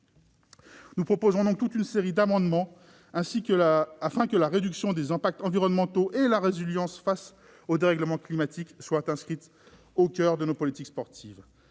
Nous proposerons toute une série d'amendements afin que la réduction des impacts environnementaux et la résilience face aux dérèglements climatiques soient inscrites au coeur de nos politiques sportives.